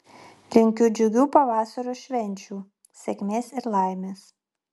linkiu džiugių pavasario švenčių sėkmės ir laimės